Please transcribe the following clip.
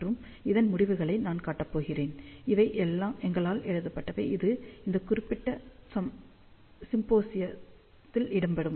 மற்றும் இதன் முடிவுகளை நான் காட்டப் போகிறேன் இவை எங்களால் எழுதப்பட்டவை இது இந்த குறிப்பிட்ட சிம்போசியத்தில் இடம் பெறும்